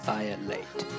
Violate